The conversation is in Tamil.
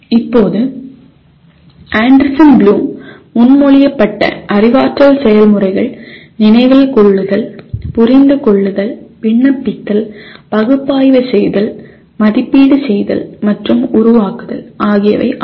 இப்போது ஆண்டர்சன் ப்ளூம் முன்மொழியப்பட்ட அறிவாற்றல் செயல்முறைகள் நினைவில் கொள்ளுதல் புரிந்து கொள்ளுதல் விண்ணப்பித்தல் பகுப்பாய்வு செய்தல் மதிப்பீடு செய்தல் மற்றும் உருவாக்குதல் ஆகியவை ஆகும்